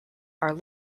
are